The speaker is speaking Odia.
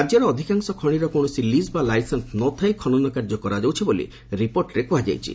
ରାଜ୍ୟରେ ଅଧିକାଂଶ ଖଣିର କୌଣସି ଲିଜ୍ ବା ଲାଇସେନ୍ସ ନ ଥାଇ ଖନନ କାର୍ଯ୍ୟ କରାଯାଉଛି ବୋଲି ରିପୋର୍ଟରେ କୁହାଯାଇଛି